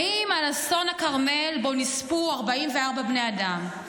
האם על אסון הכרמל, שבו נספו 44 בני אדם?